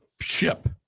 ship